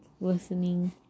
listening